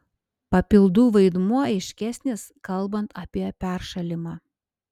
papildų vaidmuo aiškesnis kalbant apie peršalimą